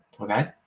Okay